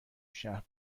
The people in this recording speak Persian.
شهر